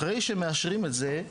אחרי שמאשרים את זה,